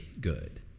good